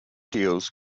deals